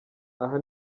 aha